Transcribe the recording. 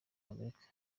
amerika